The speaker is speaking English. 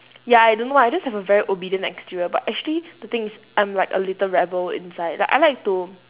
ya I don't know ah I just have a very obedient exterior but actually the thing is I'm like a little rebel inside like I like to